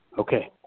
Okay